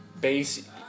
base